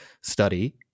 study